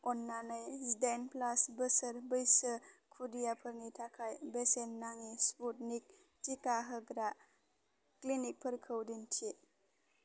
अन्नानै जिदाइन प्लास बोसोर बैसो खुदियाफोरनि थाखाय बेसेन नाङि स्पुटनिक टिका होग्रा क्लिनिकफोरखौ दिन्थि